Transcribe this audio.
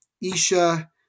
Isha